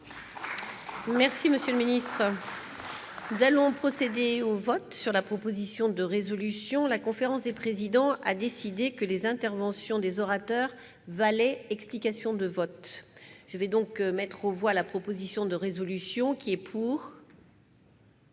discussion générale est close. Nous allons procéder au vote sur la proposition de résolution. La conférence des présidents a décidé que les interventions des orateurs valaient explications de vote. Je mets aux voix la proposition de résolution. Mes chers